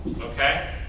okay